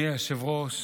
אדוני היושב-ראש,